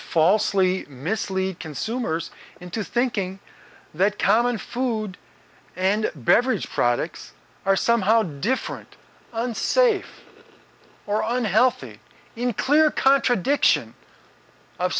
falsely mislead consumers into thinking that common food and beverage products are somehow different unsafe or unhealthy in clear contradiction of